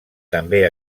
també